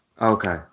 Okay